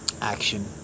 Action